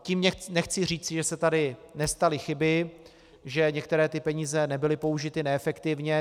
Tím nechci říci, že se tady nestaly chyby, že některé peníze nebyly použity neefektivně.